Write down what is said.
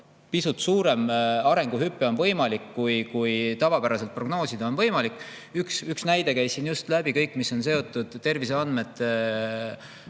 pisut suurem arenguhüpe on võimalik, kui tavapäraselt prognoosides [tundub]. Üks näide. Käisin just läbi kõik, mis on seotud terviseandmete